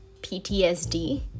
PTSD